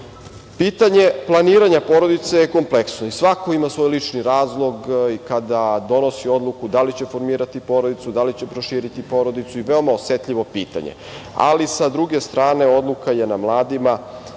građana. Pitanje planiranja porodice je kompleksno. Svako ima svoj lični razlog kada donosi odluku da li će formirati porodicu, da li će proširiti porodicu i to je veoma osetljivo pitanje. Ali, sa druge strane, odluka je na mladima